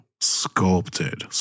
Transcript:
sculpted